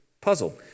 puzzle